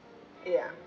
ya